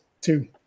two